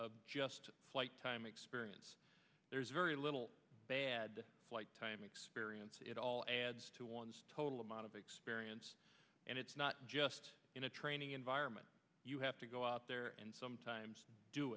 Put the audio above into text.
f just flight time experience there's very little flight time experience it all adds to one's total amount of experience and it's not just in a training environment you have to go out there and sometimes do